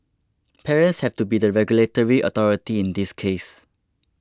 parents have to be the regulatory authority in this case